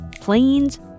planes